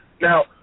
Now